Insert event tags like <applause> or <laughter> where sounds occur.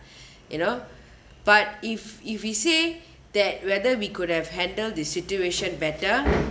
<breath> you know but if if we say that whether we could have handled the situation better